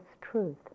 truth